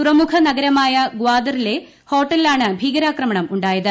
തുറമുഖ നഗരമായ ഗ്വാദറിലെ ഹോട്ടലിലാണ് ഭീകരാക്രമണം ഉണ്ടായത്